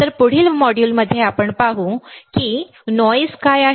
तर पुढील मॉड्यूलमध्ये आपण पाहू आवाज काय आहे